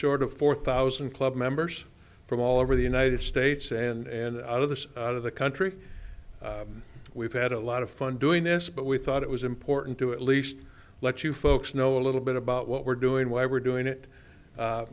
short of four thousand club members from all over the united states and out of this out of the country we've had a lot of fun doing this but we thought it was important to at least let you folks know a little bit about what we're doing why we're doing it